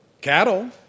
cattle